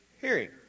hearing